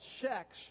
Sex